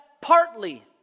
partly